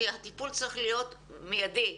הטיפול צריך להיות מיידי.